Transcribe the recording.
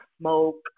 smoke